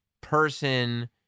person